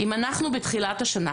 אם אנחנו בתחילת השנה,